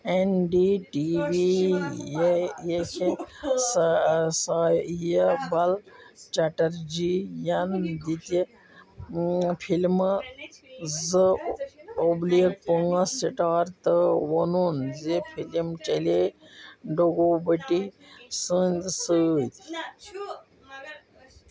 N D T V یہكہِ سایبل چٹرجی ین دِتہِ فلمہٕ زٕ اوبلیٖگ پانٛژھ سٔٹار تہٕ وونُن زِ فلم چلے ڈگوبٹی سٕنٛدِ سۭتۍ